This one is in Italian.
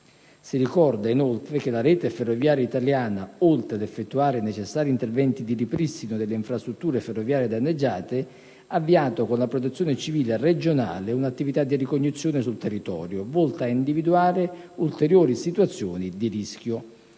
Si ricorda inoltre che la rete ferroviaria italiana, oltre ad effettuare i necessari interventi di ripristino delle infrastrutture ferroviarie danneggiate, ha avviato con la Protezione civile regionale una attività di ricognizione sul territorio, volta ad individuare ulteriori situazioni di rischio.